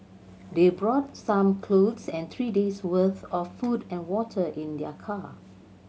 they brought some clothes and three days' worth of food and water in their car